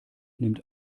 nimmt